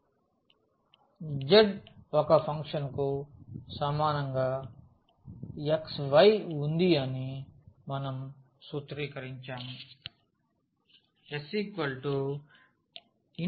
z ఒక function కు సమానంగా xyఉంది అని మనం సూత్రీకరించాము